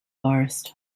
forest